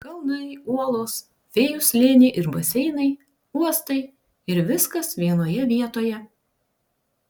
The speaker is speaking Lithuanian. kalnai uolos fėjų slėniai ir baseinai uostai ir viskas vienoje vietoje